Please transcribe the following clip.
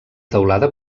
teulada